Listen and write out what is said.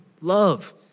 love